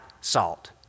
salt